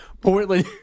Portland